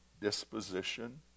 disposition